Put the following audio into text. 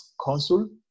consul